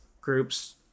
groups